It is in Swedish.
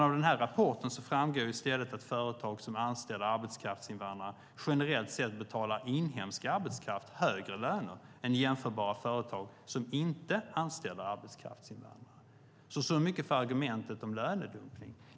Av den här rapporten framgår i stället att företag som anställer arbetskraftsinvandrare generellt sett betalar inhemsk arbetskraft högre löner än jämförbara företag som inte anställer arbetskraftsinvandrare. Så mycket för argumentet om lönedumpning!